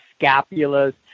scapulas